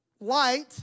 light